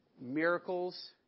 Miracles